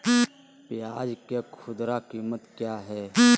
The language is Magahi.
प्याज के खुदरा कीमत क्या है?